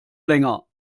länger